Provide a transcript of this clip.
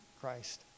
Christ